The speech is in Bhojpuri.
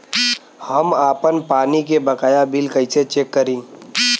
हम आपन पानी के बकाया बिल कईसे चेक करी?